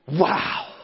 wow